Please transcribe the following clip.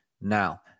Now